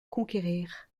conquérir